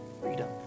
freedom